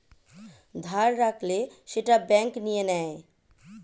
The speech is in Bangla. ধার রাখলে সেটা ব্যাঙ্ক নিয়ে নেয়